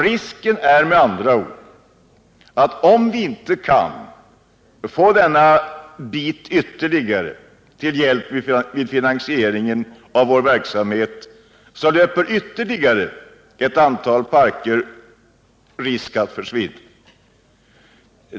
Risken är med andra ord att om vi inte kan få denna bit ytterligare till hjälp vid finansieringen av vår verksamhet, så kommer ännu ett antal parker att försvinna.